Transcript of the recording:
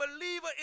believer